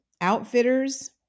outfitters